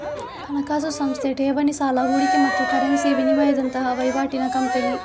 ಹಣಕಾಸು ಸಂಸ್ಥೆ ಠೇವಣಿ, ಸಾಲ, ಹೂಡಿಕೆ ಮತ್ತು ಕರೆನ್ಸಿ ವಿನಿಮಯದಂತಹ ವೈವಾಟಿನ ಕಂಪನಿ